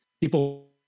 People